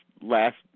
last